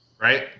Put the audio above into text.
Right